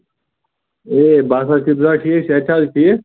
ہے باسا سٕژباے ٹھیٖک صحت چھا حظ ٹھیٖک